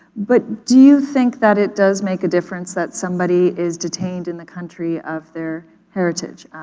but do you think that it does make a difference that somebody is detained in the country of their heritage?